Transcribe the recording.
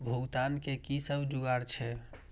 भुगतान के कि सब जुगार छे?